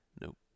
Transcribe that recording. Nope